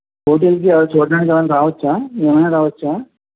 పోటీలకి అవి చూడటానికి ఎవరన్నా రావచ్చా మేము రావచ్చా